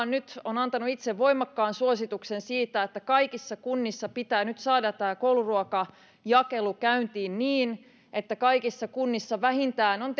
nyt antanut itse voimakkaan suosituksen siitä että kaikissa kunnissa pitää nyt saada tämä kouluruokajakelu käyntiin niin että kaikissa kunnissa on